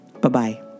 bye-bye